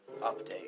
update